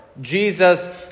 Jesus